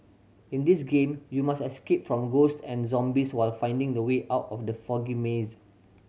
in this game you must escape from ghost and zombies while finding the way out of the foggy maze